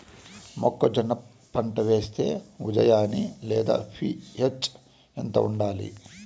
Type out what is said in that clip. మొక్కజొన్న పంట వేస్తే ఉజ్జయని లేదా పి.హెచ్ ఎంత ఉండాలి?